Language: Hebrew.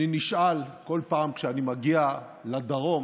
אני נשאל כל פעם כשאני מגיע לדרום,